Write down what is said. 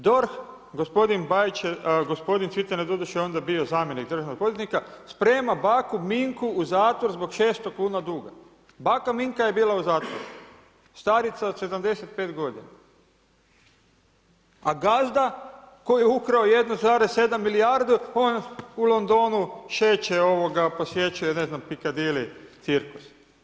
DORH, gospodin Bajić, gospodin Cvitan je doduše onda bio zamjenik državnog odvjetnika sprema baku Minku u zatvor zbog 600 kuna duga, banka Minka je bila u zatvoru, starica od 75 godina a gazda koji je ukrao 1,7 milijardu on u Londonu šeće, posjećuje ne znam Piccadilly Circus.